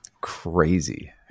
Crazy